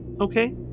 Okay